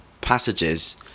passages